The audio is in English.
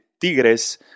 tigres